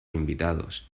invitados